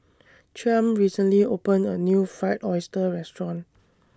Chaim recently opened A New Fried Oyster Restaurant